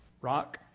rock